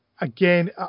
Again